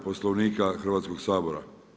Poslovnika Hrvatskog sabora.